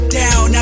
down